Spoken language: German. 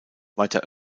weiter